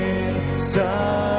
inside